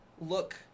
look